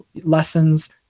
lessons